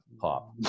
pop